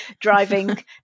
driving